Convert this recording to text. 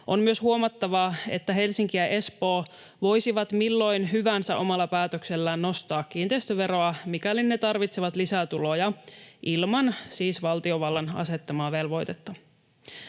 On myös huomattava, että Helsinki ja Espoo voisivat milloin hyvänsä omalla päätöksellään nostaa kiinteistöveroa, mikäli ne tarvitsevat lisätuloja — siis ilman valtiovallan asettamaa velvoitetta.